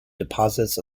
deposits